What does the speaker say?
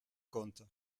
comptes